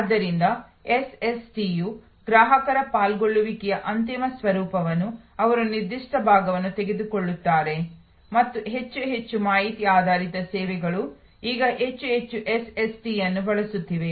ಆದ್ದರಿಂದ ಎಸ್ಎಸ್ಟಿಯು ಗ್ರಾಹಕರ ಪಾಲ್ಗೊಳ್ಳುವಿಕೆಯ ಅಂತಿಮ ಸ್ವರೂಪವನ್ನು ಅವರು ನಿರ್ದಿಷ್ಟ ಭಾಗವನ್ನು ತೆಗೆದುಕೊಳ್ಳುತ್ತಾರೆ ಮತ್ತು ಹೆಚ್ಚು ಹೆಚ್ಚು ಮಾಹಿತಿ ಆಧಾರಿತ ಸೇವೆಗಳು ಈಗ ಹೆಚ್ಚು ಹೆಚ್ಚು ಎಸ್ಎಸ್ಟಿಯನ್ನು ಬಳಸುತ್ತಿವೆ